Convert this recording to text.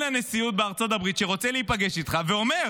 לנשיאות בארצות הברית שרוצה להיפגש איתך ואומר,